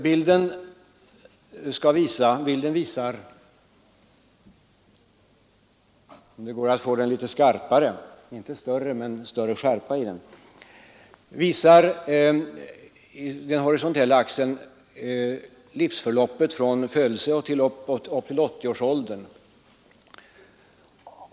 Bilden visar med den horisontella axeln livsförloppet från födelsen och upp till 80-årsåldern.